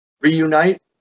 reunite